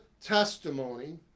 testimony